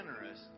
generous